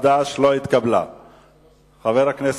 חד"ש שלא להחיל דין רציפות על הצעת חוק חסינות חברי הכנסת,